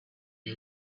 you